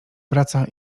wraca